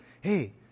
hey